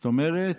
זאת אומרת,